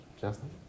Justin